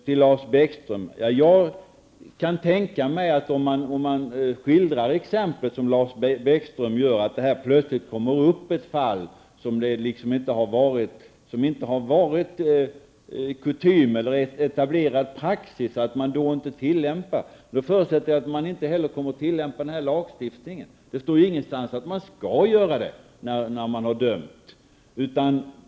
Till Lars Bäckström vill jag säga följande. Det exempel som Lars Bäckström anförde gällde att det plötsligt kom upp ett fall där man tidigare enligt kutym eller etablerad praxis inte ansett att skattskyldighet förelåg. Då förutsätter jag att man inte heller kommer att tillämpa den här lagstiftningen. Det står ingenstans att man skall göra det efter en dom.